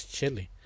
Chili